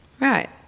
Right